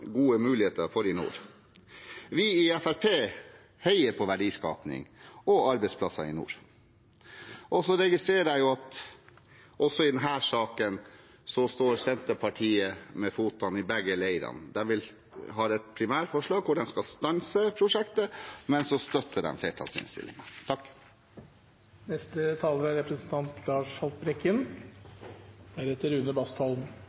gode muligheter for i nord. Vi i Fremskrittspartiet heier på verdiskaping og arbeidsplasser i nord. Jeg registrerer at Senterpartiet også i denne saken står med én fot i hver leir. De har et primærforslag hvor de skal stanse prosjektet, men så støtter de flertallsinnstillingen. Representanten Lars